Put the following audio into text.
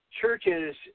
churches